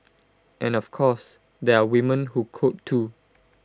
and of course there are women who code too